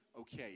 okay